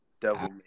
Devil